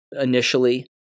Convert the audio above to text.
initially